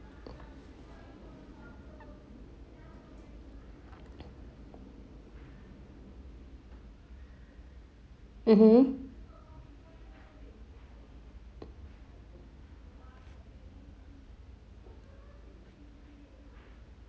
mmhmm